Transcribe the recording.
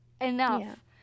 enough